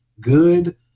Good